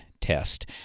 test